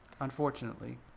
Unfortunately